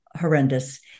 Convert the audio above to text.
horrendous